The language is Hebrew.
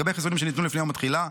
לגבי חיסונים שניתנו לפני יום התחילה,